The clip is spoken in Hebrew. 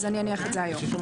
אז נעשה את זה ביום שני.